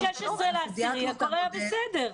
עד ה-16 באוקטובר הכול היה בסדר.